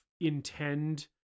intend